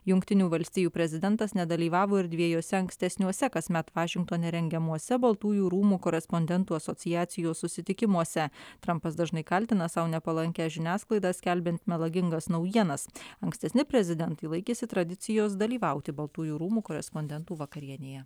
jungtinių valstijų prezidentas nedalyvavo ir dviejuose ankstesniuose kasmet vašingtone rengiamuose baltųjų rūmų korespondentų asociacijos susitikimuose trampas dažnai kaltina sau nepalankią žiniasklaidą skelbiant melagingas naujienas ankstesni prezidentai laikėsi tradicijos dalyvauti baltųjų rūmų korespondentų vakarienėje